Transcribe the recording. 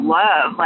love